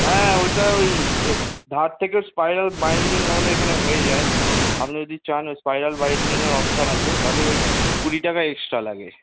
হ্যাঁ ওইটা ওই যে ধার থেকে স্পাইরাল বাইন্ডিং আমাদের এখানে হয়ে যায় আপনি যদি চান ঐ স্পাইরাল বাইন্ডিংয়ের অপশান আছে তাতে ওই কুড়ি টাকা এক্সট্রা লাগে